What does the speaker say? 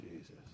Jesus